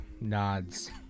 nods